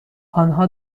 آنها